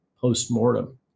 post-mortem